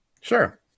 Sure